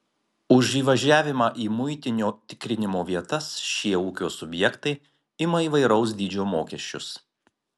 už įvažiavimą į muitinio tikrinimo vietas šie ūkio subjektai ima įvairaus dydžio mokesčius